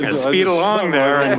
ah speed along there and